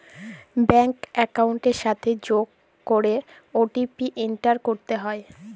bank একাউন্টের সাথে যোগ করে ও.টি.পি এন্টার করতে হয়